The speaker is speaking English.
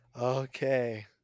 Okay